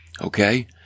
Okay